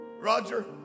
Roger